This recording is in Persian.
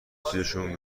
چیزشون